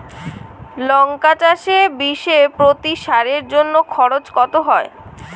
লঙ্কা চাষে বিষে প্রতি সারের জন্য খরচ কত হয়?